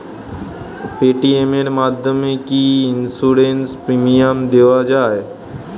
Paytm এর মাধ্যমে কি ইন্সুরেন্স প্রিমিয়াম দেওয়া যায়?